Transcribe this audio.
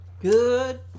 good